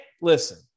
listen